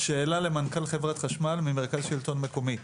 שאלה למנכ"ל חברת חשמל ממרכז השלטון המקומי.